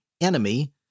enemy